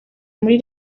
muri